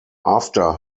after